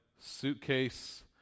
suitcase